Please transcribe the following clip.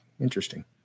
Interesting